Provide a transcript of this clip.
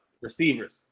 receivers